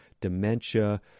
dementia